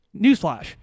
Newsflash